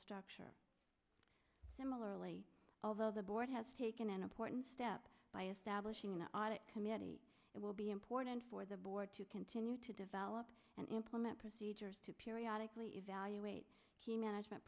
structure similarly although the board has taken an important step by establishing an audit committee it will be important for the board to continue to develop and implement procedures to periodically evaluate the management